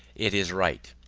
it is right.